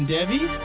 Debbie